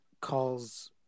calls